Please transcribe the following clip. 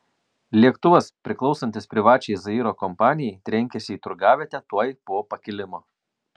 lėktuvas priklausantis privačiai zairo kompanijai trenkėsi į turgavietę tuoj po pakilimo